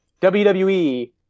WWE